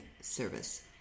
service